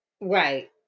right